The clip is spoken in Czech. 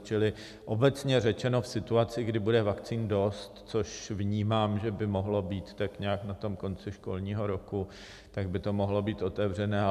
Čili obecně řečeno v situaci, kdy bude vakcín dost, což vnímám, že by mohlo být tak na konci školního roku, tak by to mohlo být otevřené.